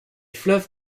fleuves